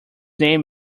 name